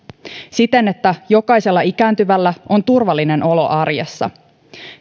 siten että jokaisella ikääntyvällä on turvallinen olo arjessa